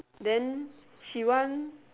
then she want